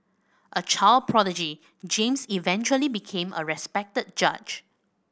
a child prodigy James eventually became a respected judge